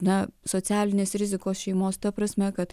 na socialinės rizikos šeimos ta prasme kad